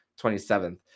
27th